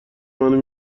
منو